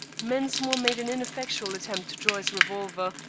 mensmore made an ineffectual attempt to draw his revolver,